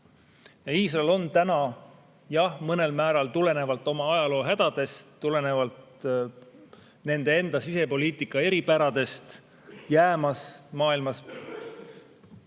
Iisrael on täna, jah, mõnel määral tulenevalt oma ajaloohädadest, tulenevalt nende enda sisepoliitika eripäradest jäämas maailmas